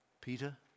Peter